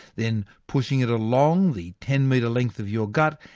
then pushing it along the ten metre length of your gut,